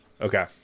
Okay